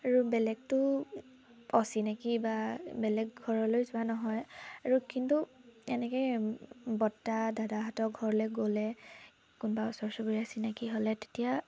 আৰু বেলেগটো অচিনাকি বা বেলেগ ঘৰলৈ যোৱা নহয় আৰু কিন্তু এনেকৈ বৰ্তা দাদাহঁতৰ ঘৰলৈ গ'লে কোনবা ওচৰ চুবুৰীয়া চিনাকি হ'লে তেতিয়া